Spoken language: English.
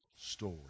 story